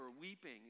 weeping